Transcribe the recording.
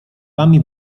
wami